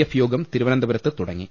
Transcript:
F യോഗം തിരുവനന്തപുരത്ത് തുടങ്ങി